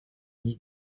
nid